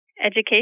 Education